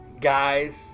guys